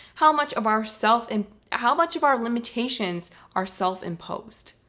how much of ourself, and how much of our limitations are self-imposed.